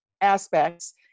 aspects